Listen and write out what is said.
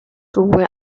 sowohl